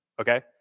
okay